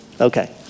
Okay